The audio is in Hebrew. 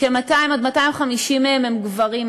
200 250 מהם הם גברים,